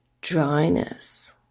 dryness